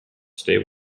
stay